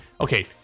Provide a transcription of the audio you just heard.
okay